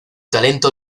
talento